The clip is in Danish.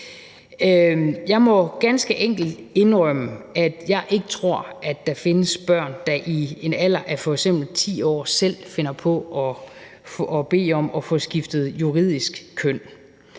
Jeg må ganske enkelt indrømme, at jeg ikke tror, at der findes børn, der i en alder af f.eks. 10 år selv finder på at bede om at få skiftet juridisk køn.